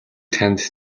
танд